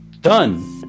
Done